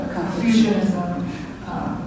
Confucianism